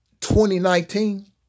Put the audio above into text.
2019